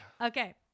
okay